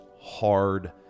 hard